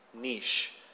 niche